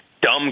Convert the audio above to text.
dumb